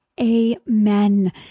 amen